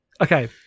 Okay